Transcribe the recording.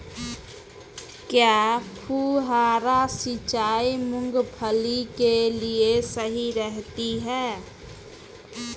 क्या फुहारा सिंचाई मूंगफली के लिए सही रहती है?